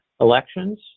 elections